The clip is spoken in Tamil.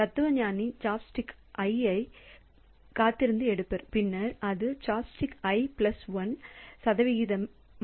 தத்துவஞானி சாப்ஸ்டிக் i க்காக காத்திருப்பார் பின்னர் அது சாப்ஸ்டிக் i பிளஸ் 1 சதவிகித மட்டு 5